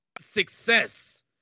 success